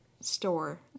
store